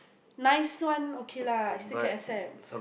nice one okay lah still can accept